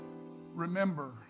remember